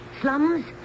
Slums